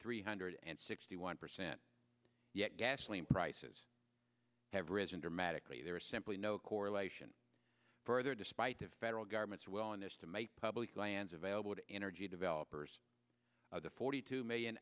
three hundred and sixty one percent gasoline prices have risen dramatically there is simply no correlation further despite the federal government's willingness to make public lands available to energy developers the forty two million